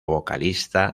vocalista